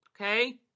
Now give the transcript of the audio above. Okay